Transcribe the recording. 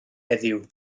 heddiw